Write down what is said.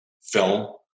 film